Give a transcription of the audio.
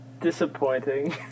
Disappointing